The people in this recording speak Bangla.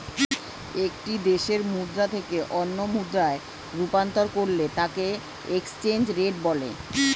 একটি দেশের মুদ্রা থেকে অন্য মুদ্রায় রূপান্তর করলে তাকেএক্সচেঞ্জ রেট বলে